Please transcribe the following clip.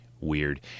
weird